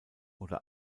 oder